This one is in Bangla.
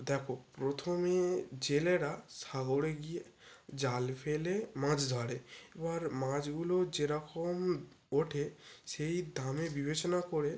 দেখ প্রথমে জেলেরা সাগরে গিয়ে জাল ফেলে মাছ ধরে এবার মাছগুলো যেরকম ওঠে সেই দামে বিবেচনা করে